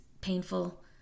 painful